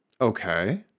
Okay